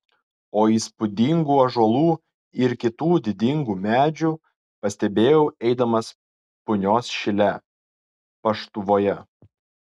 o įspūdingų ąžuolų ir kitų didingų medžių pastebėjau eidamas punios šile paštuvoje